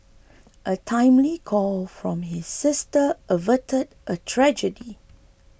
a timely call from her sister averted a tragedy